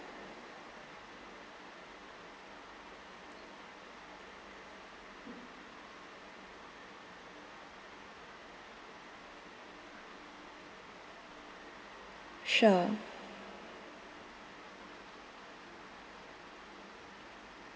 sure